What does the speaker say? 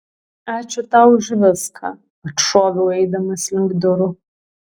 ačiū tau už viską atšoviau eidamas link durų